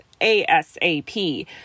ASAP